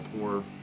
poor